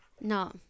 No